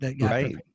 Right